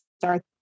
start